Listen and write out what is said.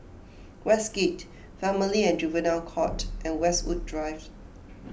Westgate Family and Juvenile Court and Westwood Drive